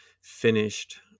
finished